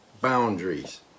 boundaries